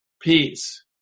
Peace